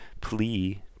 plea